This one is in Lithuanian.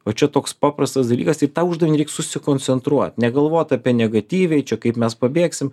o čia toks paprastas dalykas į tą uždavinį reik susikoncentruot negalvot apie negatyviai čia kaip mes pabėgsim